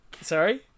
Sorry